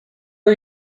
are